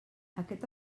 aquest